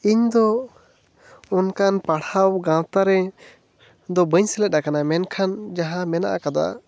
ᱤᱧᱫᱚ ᱚᱱᱠᱟᱱ ᱯᱟᱲᱦᱟᱣ ᱜᱟᱶᱛᱟ ᱨᱮᱫᱚ ᱵᱟᱹᱧ ᱥᱮᱞᱮᱫ ᱟᱠᱟᱱᱟ ᱢᱮᱱ ᱠᱷᱟᱱ ᱡᱟᱦᱟᱸ ᱢᱮᱱᱟᱜ ᱟᱠᱟᱫᱟ